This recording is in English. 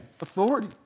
Authority